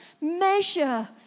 measure